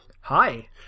Hi